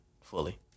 fully